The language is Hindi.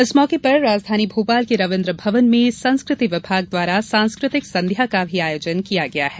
इस मौके पर राजधानी भोपाल के रवीन्द्र भवन में संस्कृति विभाग द्वारा सांस्कृतिक संध्या का भी आयोजन किया गया है